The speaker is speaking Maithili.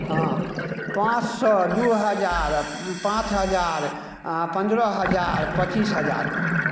हँ पाँच सओ दुइ हजार पाँच हजार पनरह हजार पचीस हजार